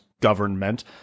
government